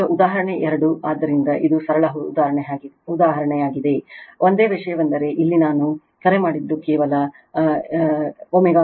ಈಗ ಉದಾಹರಣೆ 2 ಆದ್ದರಿಂದ ಇದು ಸರಳ ಉದಾಹರಣೆಯಾಗಿದೆ ಒಂದೇ ವಿಷಯವೆಂದರೆ ಇಲ್ಲಿ ನಾನು ಕರೆ ಮಾಡಿದ್ದು ಕೇವಲ 56